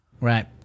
Right